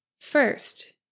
First